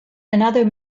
another